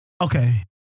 okay